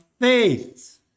faith